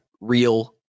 real